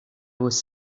was